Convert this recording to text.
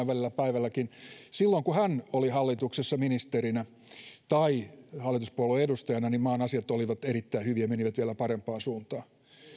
välillä päivälläkin silloin kun hän oli hallituksessa ministerinä tai hallituspuolueen edustajana maan asiat olivat erittäin hyvin ja menivät vielä parempaan suuntaan